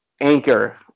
anchor